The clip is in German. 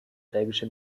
belgische